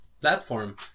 platform